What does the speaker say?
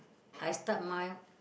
I start mild